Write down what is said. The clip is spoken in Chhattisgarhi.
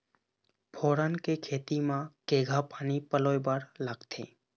फोरन के खेती म केघा पानी पलोए बर लागथे?